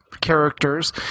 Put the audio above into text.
characters